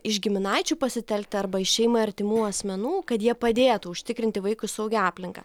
iš giminaičių pasitelkti arba iš šeimai artimų asmenų kad jie padėtų užtikrinti vaikui saugią aplinką